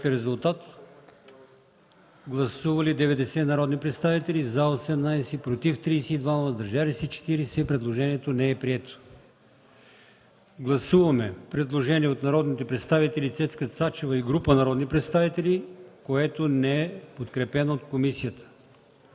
комисията. Гласували 90 народни представители: за 18, против 32, въздържали се 40. Предложението не е прието. Гласуваме предложението на народния представител Цецка Цачева и група народни представители, което не е подкрепено от комисията.